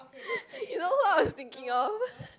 you know who I was thinking of